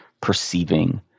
perceiving